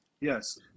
Yes